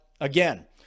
again